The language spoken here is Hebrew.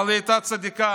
אבל היא הייתה צדיקה,